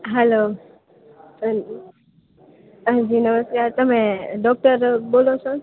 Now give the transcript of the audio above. હાલો હાં હાં જી નમસ્કાર તમે ડૉક્ટર બોલો છો